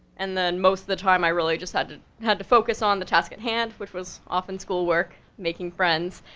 and then most of the time, i really just had to, had to focus on the task at hand, which was often schoolwork, making friends,